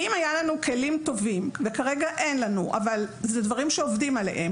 אנחנו עכשיו מעודכנים ל-2020, וזה ייצא ממש בחודש